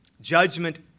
judgment